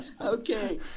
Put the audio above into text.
Okay